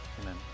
Amen